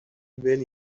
well